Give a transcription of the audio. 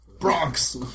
Bronx